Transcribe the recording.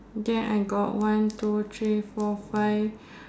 then I got one two three four five